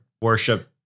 worship